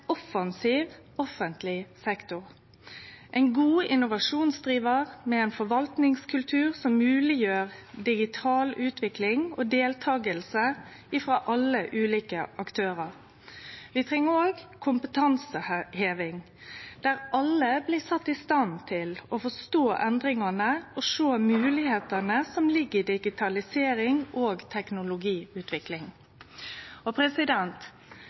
offensiv offentleg sektor, ein god innovasjonsdrivar med ein forvaltningskultur som mogleggjer digital utvikling og deltaking frå alle ulike aktørar. Vi treng òg kompetanseheving, der alle blir sette i stand til å forstå endringane og sjå moglegheitene som ligg i digitalisering og teknologiutvikling.